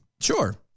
Sure